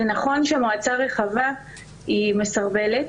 זה נכון שמועצה רחבה היא מסרבלת,